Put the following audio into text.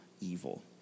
evil